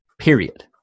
Period